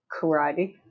Karate